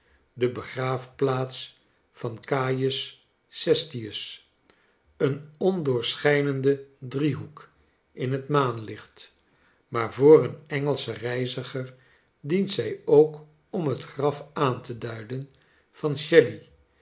de begraafplaats van cajus cestius een ondoorschynenden driehoek in het maanlicht maar voor een engelsch reiziger dient zij ook om het graf aan te duiden van shelley